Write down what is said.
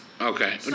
Okay